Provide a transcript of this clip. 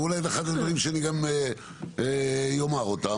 ואולי זה אחד הדברים שאני גם אומר אותם,